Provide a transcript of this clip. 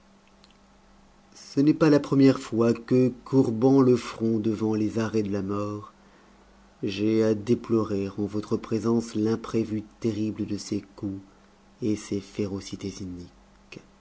ce n'est pas la première fois que courbant le front devant les arrêts de la mort j'ai à déplorer en votre présence l'imprévu terrible de ses coups et ses férocités